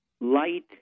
Light